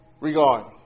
regard